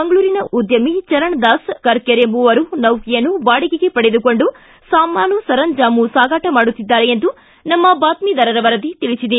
ಮಂಗಳೂರಿನ ಉದ್ಯಮಿ ಚರಣ್ದಾಸ್ ಕರ್ಕೇರ ಎಂಬವರು ನೌಕೆಯನ್ನು ಬಾಡಿಗೆಗೆ ಪಡೆದುಕೊಂಡು ಸಾಮಾನು ಸರಂಜಾಮು ಸಾಗಾಟ ಮಾಡುತ್ತಿದ್ದಾರೆ ಎಂದು ನಮ್ಮ ಬಾತ್ಮಿದಾರರ ವರದಿ ತಿಳಿಸಿದೆ